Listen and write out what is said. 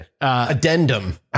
addendum